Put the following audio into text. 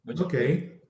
okay